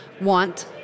want